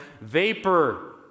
vapor